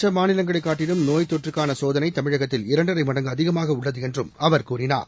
மற்ற மாநிலங்களை காட்டிலும் நோய்த்தொற்றுக்கான சோதனை தமிழத்தில் இரண்டரை மடங்கு அதிகமாக உள்ளது என்றும் அவர் கூறினார்